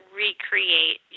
recreate